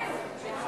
ההצעה